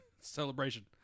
Celebration